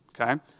okay